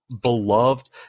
beloved